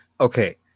Okay